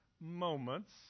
moments